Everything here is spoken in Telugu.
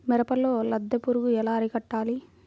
మిరపలో లద్దె పురుగు ఎలా అరికట్టాలి?